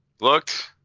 Looked